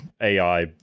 AI